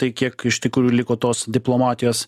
tai kiek iš tikrųjų liko tos diplomatijos